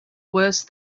worse